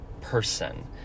person